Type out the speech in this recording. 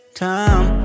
time